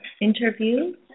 interview